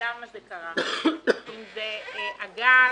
למה זה קרה, אם זה גז,